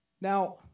Now